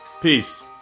Peace